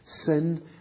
Sin